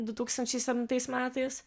du tūkstančiai septintais metais